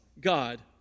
God